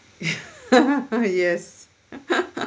yes